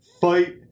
Fight